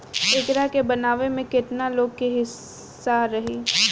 एकरा के बनावे में केतना लोग के हिस्सा रही